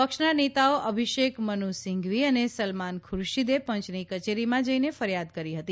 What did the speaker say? પક્ષના નેતાઓ અભિષેક મનુ સિંઘવી અને સલમાન ખૂરશીદે પંચની કચેરીમાં જઇને ફરિયાદ કરી હતી